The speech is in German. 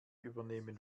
übernehmen